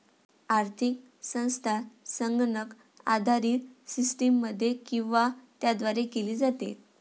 आर्थिक संस्था संगणक आधारित सिस्टममध्ये किंवा त्याद्वारे केली जाते